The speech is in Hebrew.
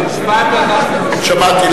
2011. שמעתי,